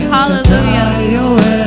Hallelujah